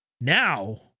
Now